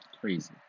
Crazy